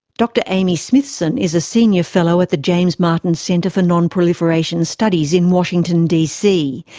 dr amy smithson is a senior fellow at the james martin center for nonproliferation studies in washington dc.